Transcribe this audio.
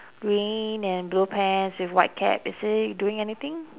green and blue pants with white cap is he doing anything